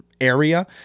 area